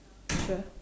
sure